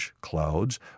clouds